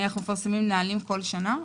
אנחנו מפרסמים נהלים כל שנה,